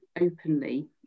openly